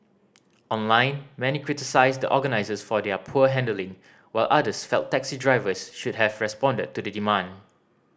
online many criticised the organisers for their poor handling while others felt taxi drivers should have responded to the demand